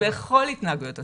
נכון, בכל התנהגויות הסיכון.